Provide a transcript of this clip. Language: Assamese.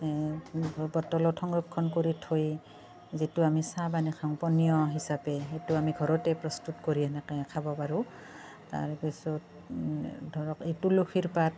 বটলত সংৰক্ষণ কৰি থৈ যিটো আমি চাহপানী খাওঁ পনীয় হিচাপে সেইটো আমি ঘৰতেই প্ৰস্তুত কৰি তেনেকৈ খাব পাৰো তাৰপিছত ধৰক তুলসীৰ পাত